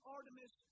Artemis